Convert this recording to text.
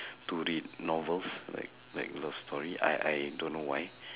to read novels like like love story I I don't know why